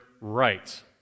rights